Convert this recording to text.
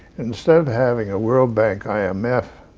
instead of having a world bank i m f.